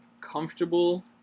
comfortable